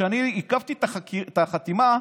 כשאני עיכבתי את החתימה,